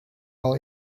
all